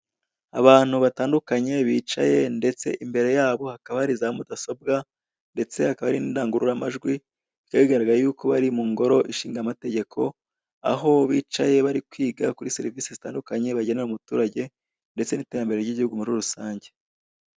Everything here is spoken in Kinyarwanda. Abantu batandukanye bicaye ndetse imbere yabo hakaba hari za mudasobwa, ndetse hakaba hari indangururamajwi, bikaba bigaragara yuko bari mu ngoro ishingamategeko, aho bicaye bari kwiga kuri serivise zitandukanye bagenera umuturage ndetse n'iterambere ry'igihugu muri rusange.